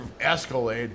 escalade